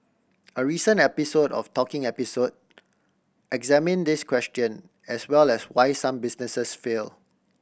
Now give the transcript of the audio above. a recent episode of Talking Episode examine this question as well as why some businesses fail